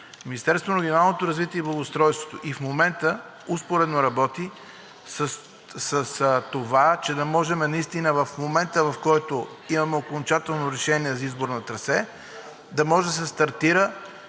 Министерството на регионалното развитие и благоустройството и в момента успоредно работи за това, че да може в момента, в който имаме окончателно решение за избор на трасе, да може да се стартира